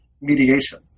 mediation